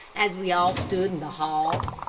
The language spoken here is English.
as we all stood in the hall.